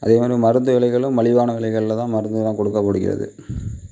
அதேமாதிரி மருந்து விலைகளும் மலிவான விலைகளில் தான் மருந்துலாம் கொடுக்கப்படுகிறது